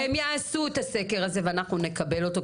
הם יעשו את הסקר הזה ואנחנו נקבל אותו,